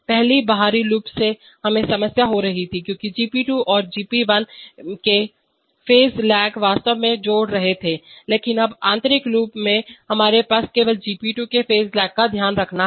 पहले बाहरी लूप से हमें समस्या हो रही थी क्योंकि GP2 और GP1 के फेज लेग वास्तव में जोड़ रहे थे लेकिन अब आंतरिक लूप में हमारे पास केवल GP2 के फेज लेग का ध्यान रखना है